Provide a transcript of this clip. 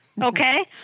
Okay